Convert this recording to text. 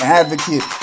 advocate